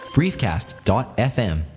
briefcast.fm